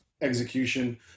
execution